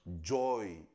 Joy